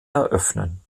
eröffnen